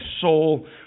soul